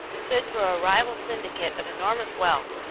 stood for a rival syndicate of enormous wealth,